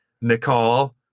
nicole